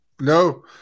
No